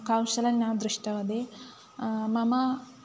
कौशलं न दृष्टवती मम